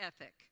ethic